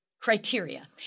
criteria